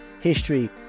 history